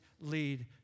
lead